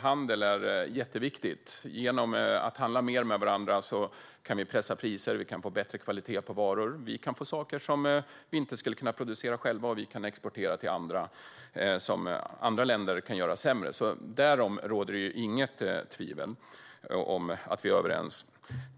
handel är jätteviktigt. Genom att handla mer med varandra kan vi pressa priser. Vi kan få bättre kvalitet på varor. Vi kan få saker som vi inte skulle kunna producera själva, och vi kan exportera till andra länder sådant som de gör sämre. Där råder det inget tvivel om att vi är överens.